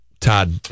Todd